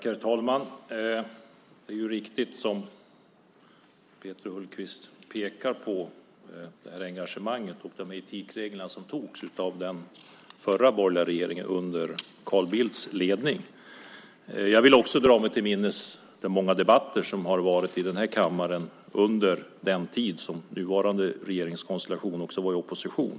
Herr talman! Det är riktigt, som Peter Hultqvist pekar på, att etikreglerna antogs av den förra borgerliga regeringen under Carl Bildts ledning. Jag vill också dra mig till minnes de många debatter som har förts i den här kammaren också under den tid som nuvarande regeringskonstellation var i opposition.